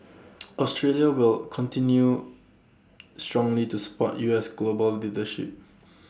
Australia will continue strongly to support U S global leadership